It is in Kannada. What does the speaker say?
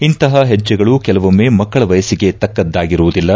ಇಂತಪ ಹೆಜ್ಜೆಗಳು ಕೆಲವೊಮ್ಮೆ ಮಕ್ಕಳ ವಯಸ್ಸಿಗೆ ತಕ್ಕದ್ದಾಗಿರುವುದಿಲ್ಲ